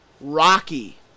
Rocky